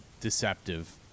deceptive